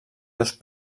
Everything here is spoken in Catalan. dos